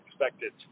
expected